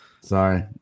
Sorry